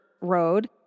road